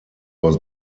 was